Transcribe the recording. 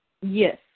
Yes